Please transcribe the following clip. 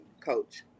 Coach